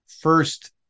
first